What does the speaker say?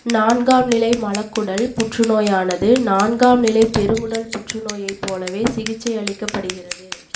நான்காம் நிலை மலக்குடல் புற்றுநோயானது நான்காம் நிலைப் பெருங்குடல் புற்றுநோயைப் போலவே சிகிச்சையளிக்கப்படுகிறது